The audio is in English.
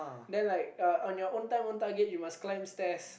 then like uh on your own time own target you must climb stairs